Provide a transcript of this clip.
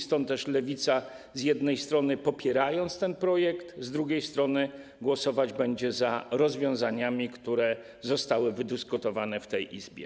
Stąd też Lewica z jednej strony popiera ten projekt, a z drugiej strony głosować będzie za rozwiązaniami, które zostały wydyskutowane w tej Izbie.